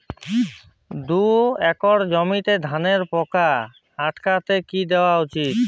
দুই একর জমিতে ধানের পোকা আটকাতে কি দেওয়া উচিৎ?